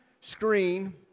screen